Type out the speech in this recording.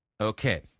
Okay